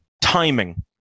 timing